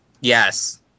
Yes